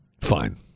Fine